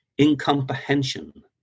incomprehension